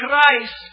Christ